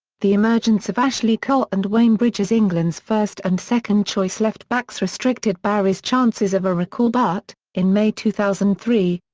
the emergence of ashley cole and wayne bridge as england's first and second choice left-backs restricted barry's chances of a recall but, in may two thousand and three,